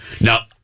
Now